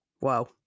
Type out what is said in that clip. Wow